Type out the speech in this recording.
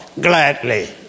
gladly